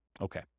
Okay